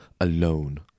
alone